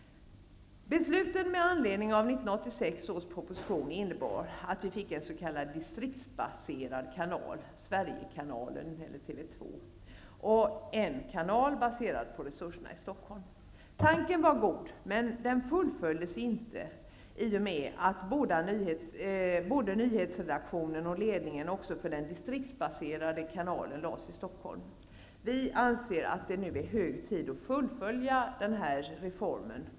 Tanken var god, men den fullföljdes inte i och med att både nyhetsredaktionen och ledningen för den distriktsbaserade kanalen förlades till Stockholm. Vi anser att det nu är hög tid att fullfölja reformen.